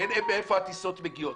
מאיפה הטיסות מגיעות,